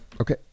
Okay